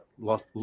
lost